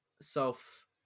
self